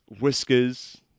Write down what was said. whiskers